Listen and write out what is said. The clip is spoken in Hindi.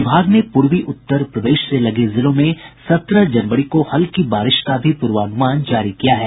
विभाग ने पूर्वी उत्तर प्रदेश से लगे जिलों में सत्रह जनवरी को हल्की बारिश का भी पूर्वानुमान जारी किया है